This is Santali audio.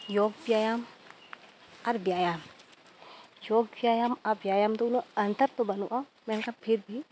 ᱡᱳᱜᱽ ᱵᱮᱭᱟᱢ ᱟᱨ ᱵᱮᱭᱟᱢ ᱡᱳᱜᱽ ᱵᱮᱭᱟᱢ ᱟᱨ ᱵᱮᱭᱟᱢ ᱫᱚ ᱩᱱᱟᱹᱜ ᱚᱱᱛᱚᱨ ᱫᱚ ᱵᱟᱹᱱᱩᱜᱼᱟ ᱢᱮᱱᱠᱷᱟᱱ ᱯᱷᱤᱨ ᱵᱷᱤ